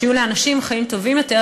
שיהיו לאנשים חיים טובים יותר,